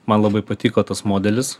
man labai patiko tas modelis